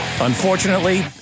Unfortunately